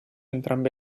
entrambe